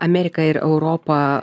amerika ir europa